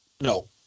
No